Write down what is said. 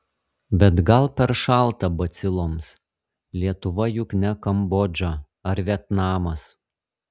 bet gal per šalta baciloms lietuva juk ne kambodža ar vietnamas